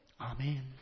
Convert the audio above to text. Amen